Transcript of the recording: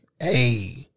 Hey